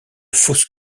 fosse